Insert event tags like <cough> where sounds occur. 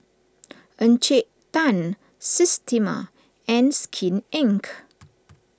Encik Tan Systema and Skin Inc <noise>